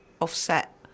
offset